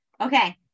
Okay